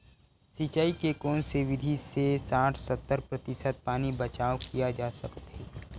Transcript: सिंचाई के कोन से विधि से साठ सत्तर प्रतिशत पानी बचाव किया जा सकत हे?